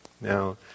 Now